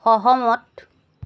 সহমত